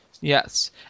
yes